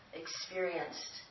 experienced